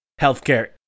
healthcare